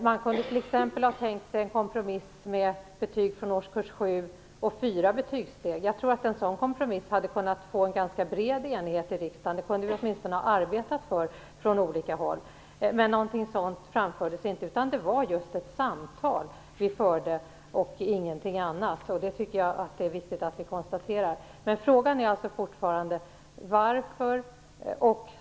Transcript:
Man kunde t.ex. ha tänkt sig en kompromiss med betyg från årskurs 7 och fyra betygssteg. Jag tror att en sådan kompromiss hade kunnat få en ganska bred enighet i riksdagen. Det kunde man åtminstone ha arbetat för från olika håll. Men någonting sådant framfördes inte, utan det var just samtal vi förde, och ingenting annat. Det tycker jag är viktigt att konstatera. Frågan är alltså fortfarande varför.